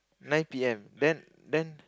nine p_m then then